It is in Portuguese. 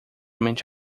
mente